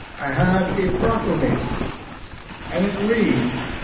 i have a proclamation and it reads